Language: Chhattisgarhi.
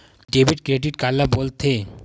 डेबिट क्रेडिट काला बोल थे?